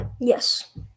yes